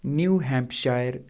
New hemp شایر